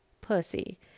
Pussy